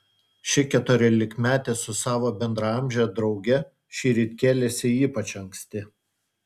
ši keturiolikmetė su savo bendraamže drauge šįryt kėlėsi ypač anksti